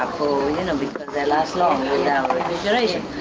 you know because they last long without refrigeration.